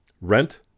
Rent